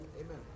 Amen